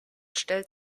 stellt